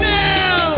now